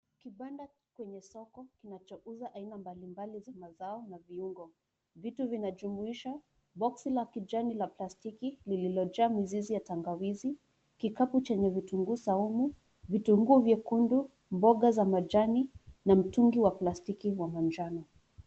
Kibanda kwenye soko kinachouza aina mbalimbali za mazao na viungo. Vitu vinajumuisha, boksi la kijani la plastiki lililojaa mizizi ya tangawizi, kikapu chenye vitunguu saumu, vitunguu vyekundu, mboga za majani na mtungi wa plastiki wa manjano.